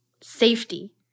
safety